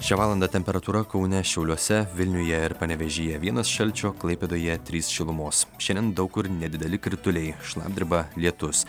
šią valandą temperatūra kaune šiauliuose vilniuje ir panevėžyje vienas šalčio klaipėdoje trys šilumos šiandien daug kur nedideli krituliai šlapdriba lietus